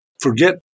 forget